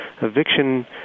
eviction